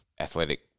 athletic